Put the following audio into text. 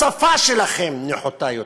השפה שלכם נחותה יותר.